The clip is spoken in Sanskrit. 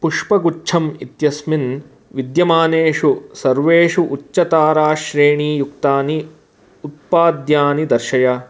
पुष्पगुच्छम् इत्यस्मिन् विद्यमानेषु सर्वेषु उच्चताराश्रेणीयुक्तानि उत्पाद्यानि दर्शय